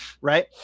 right